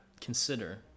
consider